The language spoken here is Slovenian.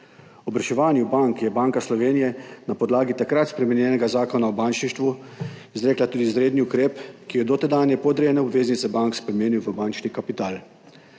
Ob reševanju bank je Banka Slovenije na podlagi takrat spremenjenega Zakona o bančništvu izrekla tudi izredni ukrep, ki je dotedanje podrejene obveznice bank spremenil v bančni kapital.